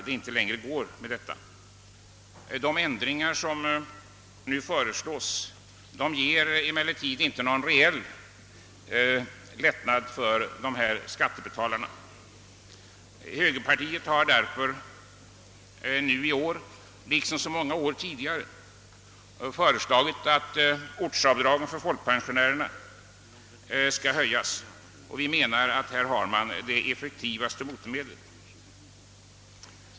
De ändringar som nu föreslås ger emellertid inte någon reell lätt nad för dessa skattebetalare. Högerpartiet har därför i år liksom många tidigare år föreslagit att ortsavdraget för folkpensionärer skall höjas. Vi menar att man här har det effektivaste motmedlet.